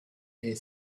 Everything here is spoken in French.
est